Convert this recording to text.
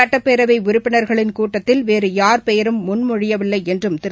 சட்டப்பேரவைஉறுப்பினா்களின் கூட்டத்தில் வேறுபாா பெயரும் முன்மொழியவில்லைஎன்றும் திரு